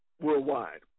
worldwide